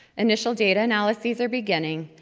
initial data analyses are beginning,